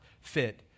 fit